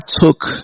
took